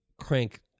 crank